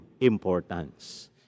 importance